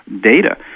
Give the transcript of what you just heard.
data